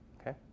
Okay